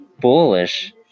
Bullish